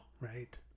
Right